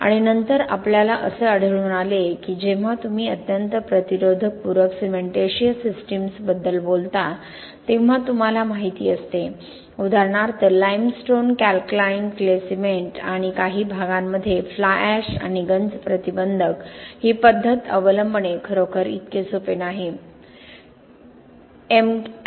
आणि नंतर आपल्याला असे आढळून आले की जेव्हा तुम्ही अत्यंत प्रतिरोधक पूरक सिमेंटिशिअस सिस्टीम्सबद्दल बोलतो तेव्हा तुम्हाला माहिती असते उदाहरणार्थ लाइमस्टोन कॅलक्लाइंड क्ले सिमेंट आणि काही प्रकरणांमध्ये फ्लाय एश आणि गंज प्रतिबंधक ही पद्धत अवलंबणे खरोखर इतके सोपे नाही mACT